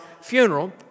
funeral